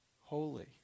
holy